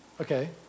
okay